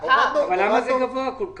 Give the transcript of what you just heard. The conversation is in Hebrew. אבל למה זה גבוה כל כך?